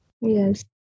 Yes